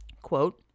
Quote